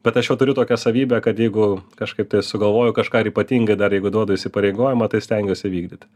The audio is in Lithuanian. bet aš jau turiu tokią savybę kad jeigu kažkaip tai sugalvoju kažką ir ypatingai dar jeigu duodu įsipareigojimą tai stengiuos įvykdyt